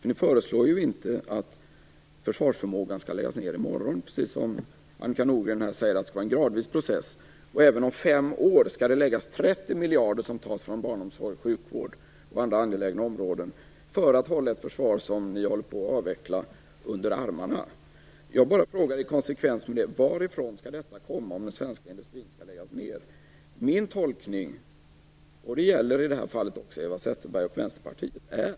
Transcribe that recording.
Ni föreslår ju inte att försvaret skall läggas ned i morgon. Annika Nordgren säger ju att det skall vara en gradvis process. Även om fem år skall 30 miljarder tas från barnomsorg, sjukvård och andra angelägna områden för att man skall kunna hålla ett försvar som ni vill avveckla under armarna. Jag bara frågar: Varifrån skall dessa pengar komma, om den svenska industrin skall läggas ned?